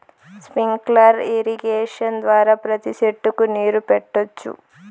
sprinkler irrigation ద్వారా ప్రతి సెట్టుకు నీరు పెట్టొచ్చు